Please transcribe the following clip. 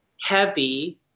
heavy